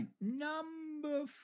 number